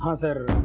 ah sir,